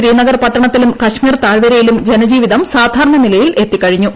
ശ്രീനഗർ പട്ടണത്തിലും കശ്മീർ താഴ്വരയിലും ജനജീവിതം സാധാരണ നിലയിൽ എത്തിക്കഴിഞ്ഞു